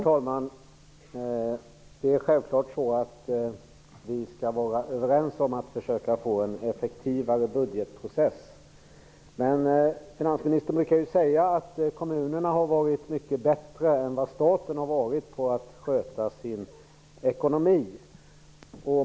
Herr talman! Självklart skall vi vara överens om att försöka få en effektivare budgetprocess. Men finansministern brukar säga att kommunerna har varit mycket bättre än staten på att sköta sin ekonomi.